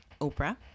Oprah